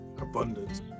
Abundance